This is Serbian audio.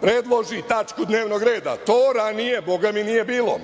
predloži tačku dnevnog reda, to ranije Bogami nije bilo.